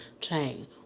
chain